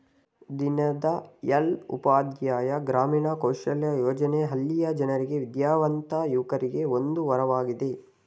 ದೀನದಯಾಳ್ ಉಪಾಧ್ಯಾಯ ಗ್ರಾಮೀಣ ಕೌಶಲ್ಯ ಯೋಜನೆ ಹಳ್ಳಿಯ ಜನರಿಗೆ ವಿದ್ಯಾವಂತ ಯುವಕರಿಗೆ ಒಂದು ವರವಾಗಿದೆ